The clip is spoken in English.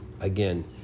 again